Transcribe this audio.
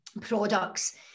products